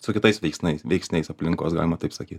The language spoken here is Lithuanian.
su kitais veiksnais veiksniais aplinkos galima taip sakyt